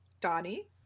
donnie